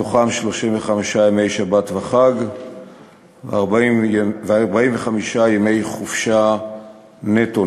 מתוכם 35 ימי שבת וחג ו-45 ימי חופשה נטו,